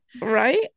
Right